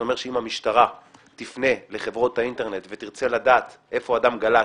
זה אומר שאם המשטרה תפנה לחברות האינטרנט ותרצה לדעת איפה אדם גלש,